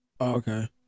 Okay